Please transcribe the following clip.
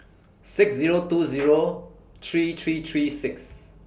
six Zero two Zero three three three six